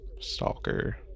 Stalker